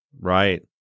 Right